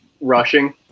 rushing